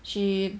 she